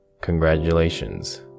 Congratulations